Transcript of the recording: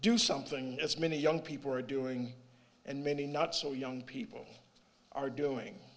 do something as many young people are doing and many not so young people are doing